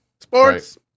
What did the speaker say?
Sports